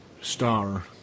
star